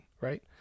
right